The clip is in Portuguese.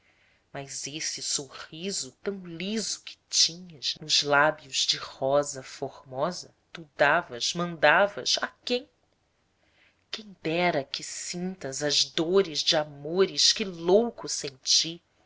mas esse sorriso tão liso que tinhas nos lábios de rosa formosa tu davas mandavas a quem quem dera que sintas as dores de amores que louco senti